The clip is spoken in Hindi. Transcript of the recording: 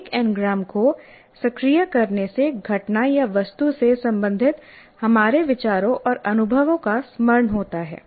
एक एनग्राम को सक्रिय करने से घटना या वस्तु से संबंधित हमारे विचारों और अनुभवों का स्मरण होता है